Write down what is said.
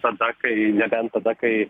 tada kai nebent tada kai